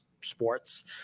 sports